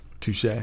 Touche